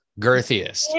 girthiest